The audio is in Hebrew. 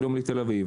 כל יום לתל אביב,